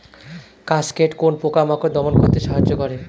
Cascade কোন পোকা মাকড় দমন করতে সাহায্য করে?